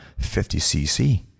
50cc